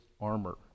armor